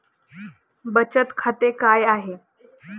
बचत खाते काय आहे?